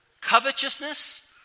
Covetousness